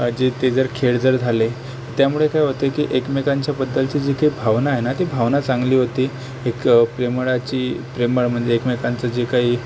जे ते जर खेळ जर झाले त्यामुळे काय होतं की एकमेकांच्या बद्दलची जी काय भावना आहे ना ती भावना चांगली होती एक प्रेमळाची प्रेमळ म्हणजे एकमेकांचं जे काही